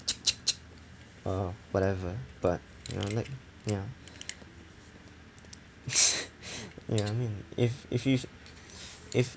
or whatever but you know like ya ya I mean if if you if